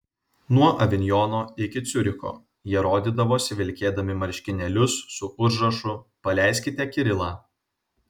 nuo avinjono iki ciuricho jie rodydavosi vilkėdami marškinėlius su užrašu paleiskite kirilą